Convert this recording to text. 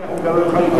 הוא גם לא יוכל להתייחס.